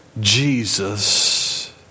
Jesus